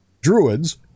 Druids